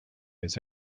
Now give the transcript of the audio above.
his